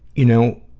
you know,